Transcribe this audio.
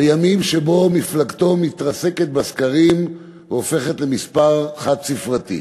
בימים שבהם מפלגתו מתרסקת בסקרים והופכת למספר חד-ספרתי,